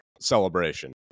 celebration